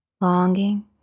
Longing